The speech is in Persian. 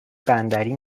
بندری